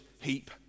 heap